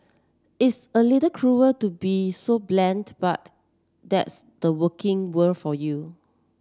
it's a little cruel to be so blunt but that's the working world for you